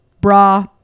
Bra